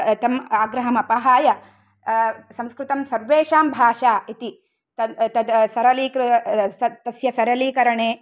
तम् आग्रहम् अपहाय संस्कृतं सर्वेषां भाषा इति तस्य सरलीकरणे